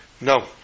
No